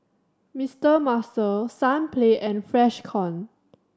Mister Muscle Sunplay and Freshkon